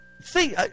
see